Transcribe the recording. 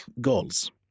goals